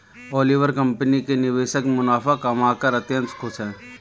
Oliver company के निवेशक मुनाफा कमाकर अत्यंत खुश हैं